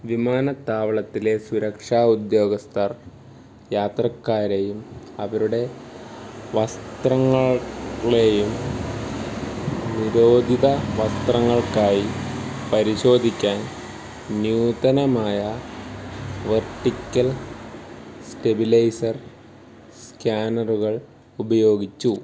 വിമാനത്താവളത്തിലെ സുരക്ഷാ ഉദ്യോഗസ്ഥർ യാത്രക്കാരെയും അവരുടെ വസ്ത്രങ്ങളേയും നിരോധിത വസ്ത്രങ്ങൾക്കായി പരിശോധിക്കാൻ ന്യൂതനമായ വെർട്ടിക്കൽ സ്റ്റെബിലൈസർ സ്കാനറുകൾ ഉപയോഗിച്ചു